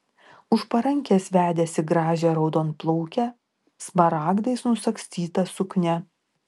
už parankės vedėsi gražią raudonplaukę smaragdais nusagstyta suknia